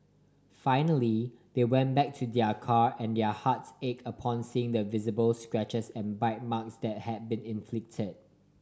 finally they went back to their car and their hearts ache upon seeing the visible scratches and bite marks that had been inflicted